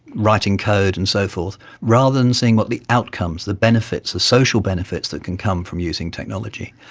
writing code and so forth, rather than seeing but the outcomes, the benefits, the social benefits that can come from using technology.